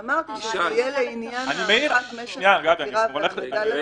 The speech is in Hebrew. לכן אמרתי שזה יהיה לעניין הארכת משך החקירה והעמדה לדין.